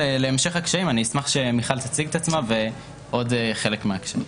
אשמח שמיכל תציג את עצמה ועוד חלק מהקשיים.